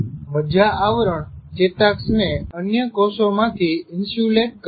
મજ્જા આવરણ ચેતાક્ષ ને અન્ય કોષોમાંથી ઈન્સ્યુલેટ કરે છે